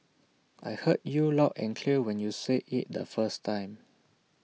I heard you loud and clear when you said IT the first time